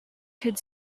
could